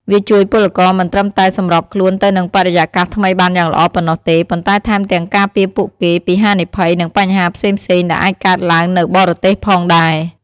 វាជួយពលករមិនត្រឹមតែសម្របខ្លួនទៅនឹងបរិយាកាសថ្មីបានយ៉ាងល្អប៉ុណ្ណោះទេ ប៉ុន្តែថែមទាំងការពារពួកគេពីហានិភ័យ និងបញ្ហាផ្សេងៗដែលអាចកើតឡើងនៅបរទេសផងដែរ។